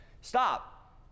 Stop